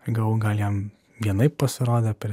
galvojau gal jam vienaip pasirodė per